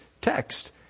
text